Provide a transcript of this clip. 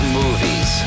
movies